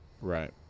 Right